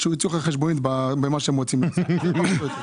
לא.